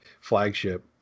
flagship